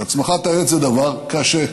והצמחת העץ זה דבר קשה,